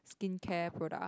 skincare product